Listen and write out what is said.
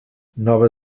nova